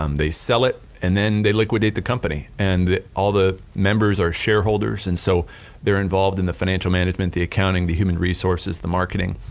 um they sell it and then they liquidate the company, and all the members are shareholders and so they're involved in the financial management the accounting, the human resources, the marketing,